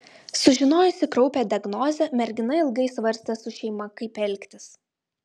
sužinojusi kraupią diagnozę mergina ilgai svarstė su šeima kaip elgtis